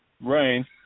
rain